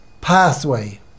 pathway